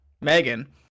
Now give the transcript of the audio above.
Megan